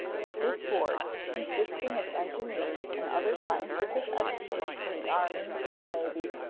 this board, consisting of engineers and other scientific experts from the army, the navy,